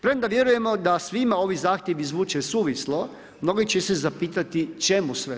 Premda vjerujemo da da svima ovi zahtjevi zvuče suvislo, mnogi će se zapitati čemu sve to.